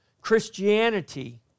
Christianity